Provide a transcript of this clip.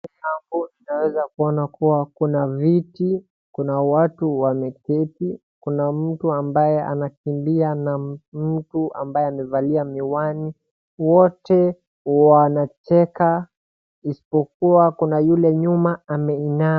tunaweza kuona kuwa kunaviti kuna watu wameketi kuna mtu ambaye anakimbia na mtu ambaye amevalia miwani wote wanacheka isipokuwa kuna yule nyuma ameinama